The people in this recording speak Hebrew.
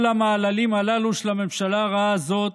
כל המעללים הללו של הממשלה הרעה הזאת